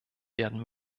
werden